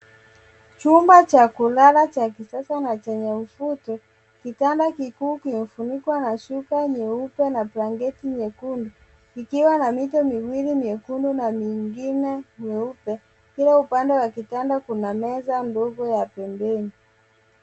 Chumba cha kulala cha kisasa na chenye mvuto kitanda kikiwa kimefunikwa na shuka nyeupe blanketi nyekundu kikiwa na mito miwili miekundu na mingine nyeupe. Kila upande wa kitanda kuna meza ndogo ya pembeni.